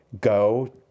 go